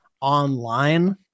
online